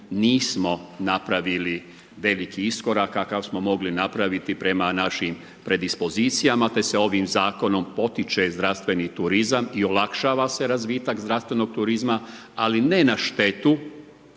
nismo napravili veliki iskorak kakav smo mogli napraviti prema našim predispozicijama te se ovim zakonom potiče zdravstveni turizam i olakšava se razvitak zdravstvenog turizma ali ne na štetu